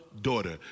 daughter